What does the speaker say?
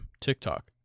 TikTok